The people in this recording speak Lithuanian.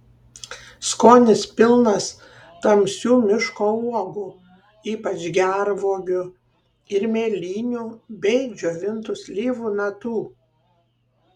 skonis pilnas tamsių miško uogų ypač gervuogių ir mėlynių bei džiovintų slyvų natų